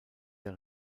der